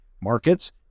markets